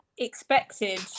expected